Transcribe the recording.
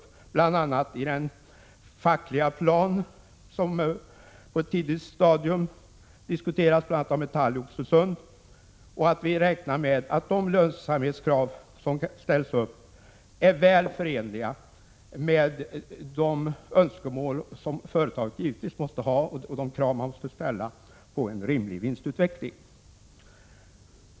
Dessa krav har bl.a. diskuterats av Metall i Oxelösund. Vi räknar med att de lönsamhetskrav som ställs upp är väl förenliga med de önskemål som företaget givetvis måste ha och de krav man måste ställa på en rimlig vinstutveckling.